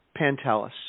Pantelis